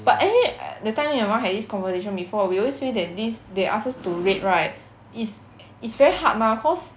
but actually that time me and your mum had this conversation before we always feel that this they ask us to rate right is is very hard mah cause